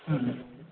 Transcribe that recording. હમ